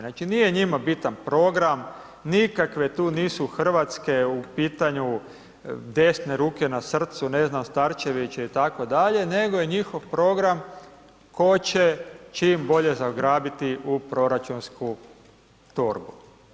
Znači nije njima bitan program, nikakve tu nisu hrvatske u pitanju desne ruke na srcu, ne znam Starčević itd., nego je njihov program tko će čim bolje zagrabiti u proračunsku torbu.